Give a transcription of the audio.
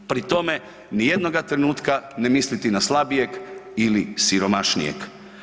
Pri tome, nijednoga trenutka ne misliti na slabijeg ili siromašnijeg.